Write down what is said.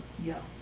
yeah.